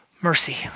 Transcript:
Mercy